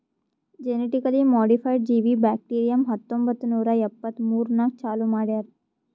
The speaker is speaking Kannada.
ಜೆನೆಟಿಕಲಿ ಮೋಡಿಫೈಡ್ ಜೀವಿ ಬ್ಯಾಕ್ಟೀರಿಯಂ ಹತ್ತೊಂಬತ್ತು ನೂರಾ ಎಪ್ಪತ್ಮೂರನಾಗ್ ಚಾಲೂ ಮಾಡ್ಯಾರ್